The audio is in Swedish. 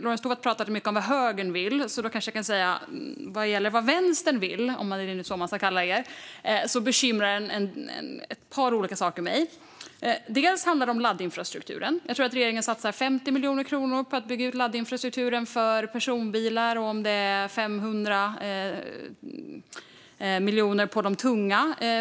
Lorentz Tovatt talade mycket om vad högern vill. Jag kanske kan säga att ett par saker som bekymrar mig vad gäller vad vänstern vill, om jag nu ska kalla er det. Det handlar bland annat om laddinfrastrukturen. Jag tror att det är 50 miljoner kronor som regeringen satsar på att bygga ut laddinfrastrukturen för personbilar och 500 miljoner för den tunga trafiken.